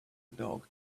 dog